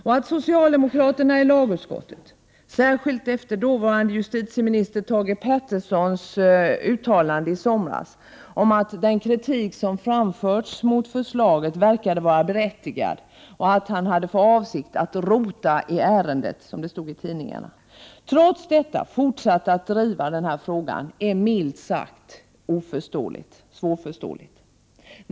Och att socialdemokraterna i lagutskottet, särskilt efter dåvarande justitieminister Thage Petersons uttalande i somras om att den kritik som har framförts mot förslaget verkade vara berättigad och att han hade för avsikt att ”rota i ärendet”, som det stod i tidningarna, trots detta har fortsatt att driva frågan är, milt sagt, svårförståeligt.